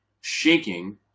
shaking